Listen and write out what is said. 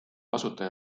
asutaja